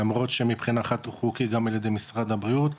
למרות שמבחינה אחת הוא חוקי גם על ידי משרד הבריאות,